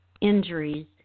injuries